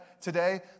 today